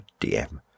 DM